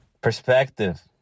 Perspective